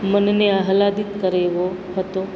મનને આહ્લાદિત કરે એવો હતો